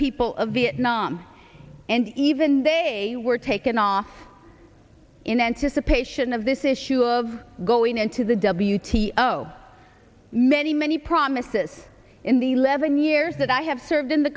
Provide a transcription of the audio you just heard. people of vietnam and even they were taken off in anticipation of this issue of going into the w t o many many promises in the eleven years that i have served in the